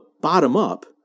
bottom-up